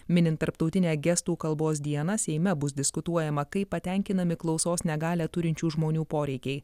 minint tarptautinę gestų kalbos dieną seime bus diskutuojama kaip patenkinami klausos negalią turinčių žmonių poreikiai